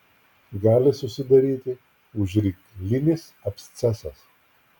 gali susidaryti užryklinis abscesas